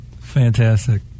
Fantastic